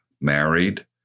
married